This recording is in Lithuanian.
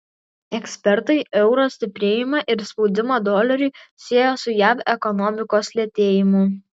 ekspertai euro stiprėjimą ir spaudimą doleriui siejo su jav ekonomikos lėtėjimu